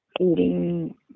eating